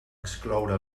excloure